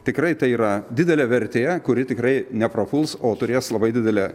tikrai tai yra didelė vertė kuri tikrai neprapuls o turės labai didelę